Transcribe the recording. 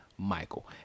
Michael